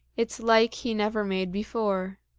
its like he never made before.